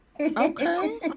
okay